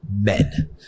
men